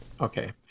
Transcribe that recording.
Okay